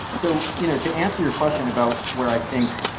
so you know to answer your question about where i think,